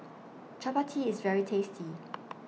Chappati IS very tasty